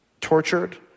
tortured